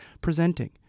presenting